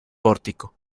pórtico